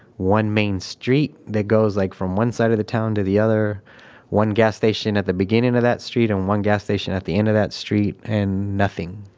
one main street that goes like from one side of the town to the other one gas station at the beginning of that street and one gas station at the end of that street. and nothing.